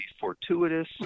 fortuitous